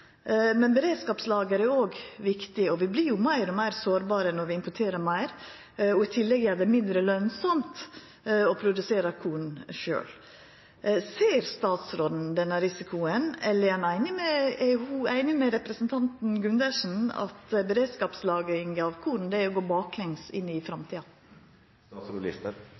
men beredskapslager er òg viktig. Vi vert jo meir og meir sårbare di meir vi importerer og vi i tillegg gjer det mindre lønsamt å produsera korn sjølve. Ser statsråden denne risikoen, eller er ho einig med representanten Gundersen i at beredskapslagring av korn er å gå baklengs inn i framtida?